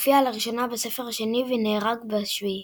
מופיע לראשונה בספר השני ונהרג בשביעי.